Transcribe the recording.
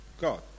God